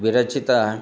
विरचिता